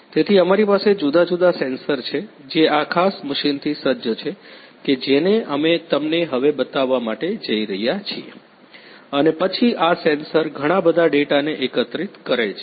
તેથી અમારી પાસે જુદા જુદા સેન્સર છે જે આ ખાસ મશીન થી સજ્જ છે કે જેને અમે તમને હવે બતાવવા માટે જઇ રહ્યા છીએ અને પછી આ સેન્સર ઘણાં બધા ડેટાને એકત્રિત કરે છે